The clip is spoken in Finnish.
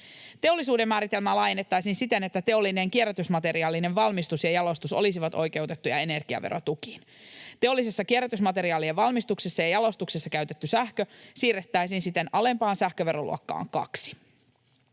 Teollisuuden määritelmää laajennettaisiin siten, että teollinen kierrätysmateriaalien valmistus ja jalostus olisivat oikeutettuja energiaverotukiin. Teollisessa kierrätysmateriaalien valmistuksessa ja jalostuksessa käytetty sähkö siirrettäisiin siten alempaan sähköveroluokkaan II.